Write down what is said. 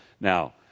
Now